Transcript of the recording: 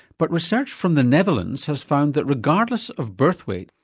but research from the netherlands has found that regardless of birth weight,